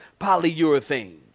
polyurethane